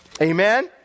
Amen